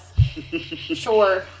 Sure